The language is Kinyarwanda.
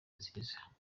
nziza